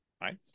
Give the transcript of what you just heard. right